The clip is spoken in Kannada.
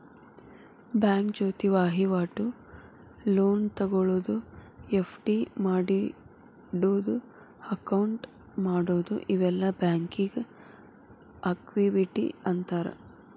ಬ್ಯಾಂಕ ಜೊತಿ ವಹಿವಾಟು, ಲೋನ್ ತೊಗೊಳೋದು, ಎಫ್.ಡಿ ಮಾಡಿಡೊದು, ಅಕೌಂಟ್ ಮಾಡೊದು ಇವೆಲ್ಲಾ ಬ್ಯಾಂಕಿಂಗ್ ಆಕ್ಟಿವಿಟಿ ಅಂತಾರ